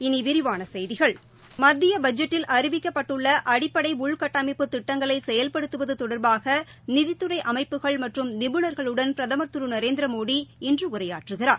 இனி விரிவான செய்திகள் மத்திய பட்ஜெட்டில் அறிவிக்கப்பட்டுள்ள அடிப்படை உள்கட்டமைப்பு திட்டங்களை செயல்படுத்துவது தொடர்பாக நிதித்துறை அமைப்புகள் மற்றும் நிபுணர்களுடன் பிரதமர் திரு நரேந்திரமோடி இன்று உரையாற்றுகிறார்